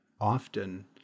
often